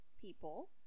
people